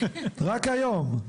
רק היום.